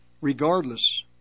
regardless